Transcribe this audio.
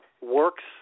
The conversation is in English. works